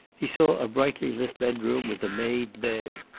he saw a brightly lit bedroom with a made bed.